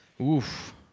Oof